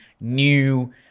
new